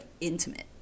intimate